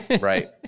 Right